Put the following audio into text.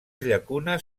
llacunes